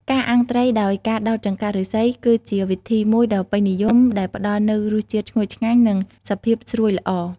ការអាំងត្រីដោយការដោតចង្កាក់ឫស្សី គឺជាវិធីមួយដ៏ពេញនិយមដែលផ្តល់នូវរសជាតិឈ្ងុយឆ្ងាញ់ និងសភាពស្រួយល្អ។